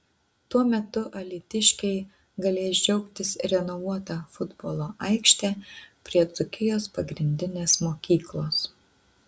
tuo metu alytiškiai galės džiaugtis renovuota futbolo aikšte prie dzūkijos pagrindinės mokyklos